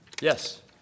Yes